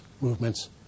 movements